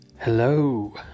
Hello